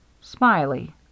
Smiley